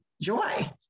joy